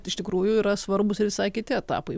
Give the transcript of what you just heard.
iš tikrųjų yra svarbūs ir visai kiti etapai